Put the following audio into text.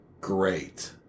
great